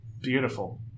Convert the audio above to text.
Beautiful